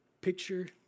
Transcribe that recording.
Picture